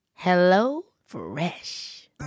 HelloFresh